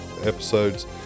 episodes